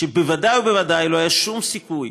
שבוודאי ובוודאי לא היה שום סיכוי